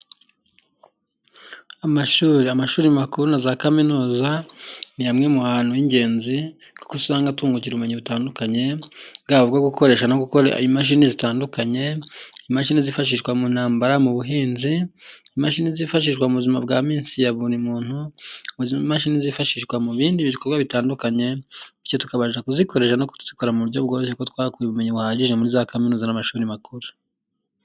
Amashuri. Amashuri makuru na za kaminuza, ni hamwe mu hantu h'ingenzi kuko usanga a tungukira ubumenyi butandukanye, bwaba ubwo gukoresha no gukora imashini zitandukanye, imashini zifashishwa mu ntambara, mu buhinzi, imashini zifashishwa mu buzima bwa minsi ya buri muntu, imashini zifashishwa mu bindi bikorwa bitandukanye, bityo tukabasha kuzikoresha no kuzikora mu buryo bworoshye kuko twahakuye ubumenyi buhagije muri za kaminuza n'amashuri makuru.